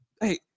hey